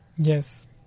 Yes